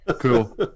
cool